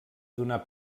donar